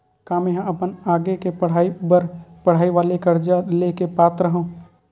का मेंहा अपन आगे के पढई बर पढई वाले कर्जा ले के पात्र हव?